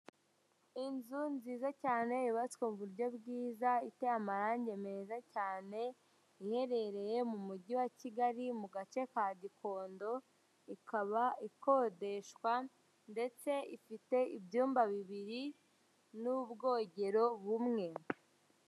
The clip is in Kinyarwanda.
Inzu nziza cyane yubatswe mu buryo bwiza iteye amarange meza cyane, iherereye mu mujyi wa Kigali mu gace ka Gikondo, ikaba ikodeshwa ndetse ifite ibyumba bibiri n'ubwogero bumwe.